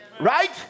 right